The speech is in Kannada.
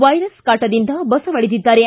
ವೈರಸ್ ಕಾಟದಿಂದ ಬಸವಳಿದ್ದಾರೆ